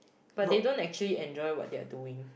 but they don't actually enjoy what they are doing